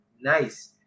nice